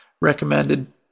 Recommended